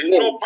no